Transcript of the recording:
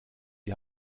die